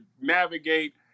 navigate